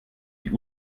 die